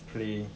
play